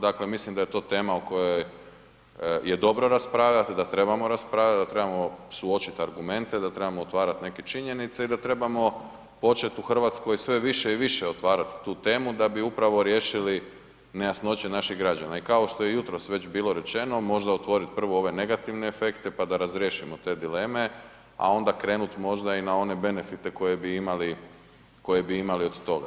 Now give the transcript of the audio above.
Dakle mislim da je to tema o kojoj je dobro raspravljati, da trebamo raspravljati, da trebamo suočiti argumente, da trebamo otvarat neke činjenice i da trebamo počet u Hrvatskoj sve više i više otvarat tu temu da bi upravo riješili nejasnoće naših građana, i kako što je jutros već bilo rečeno, možda otvoriti prvo ove negativne efekte pa da razriješimo te dileme a onda krenut možda i na one benefite koje bi imali od toga.